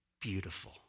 beautiful